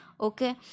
Okay